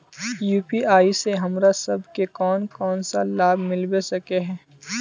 UPI से हमरा सब के कोन कोन सा लाभ मिलबे सके है?